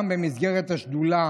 גם במסגרת השדולה